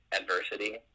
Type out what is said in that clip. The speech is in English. adversity